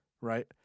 right